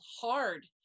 hard